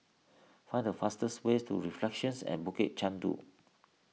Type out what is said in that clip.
find the fastest ways to Reflections at Bukit Chandu